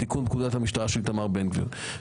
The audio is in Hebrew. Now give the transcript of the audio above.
תיקון פקודת המשטרה של איתמר בן גביר.